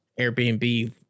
Airbnb